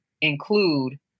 include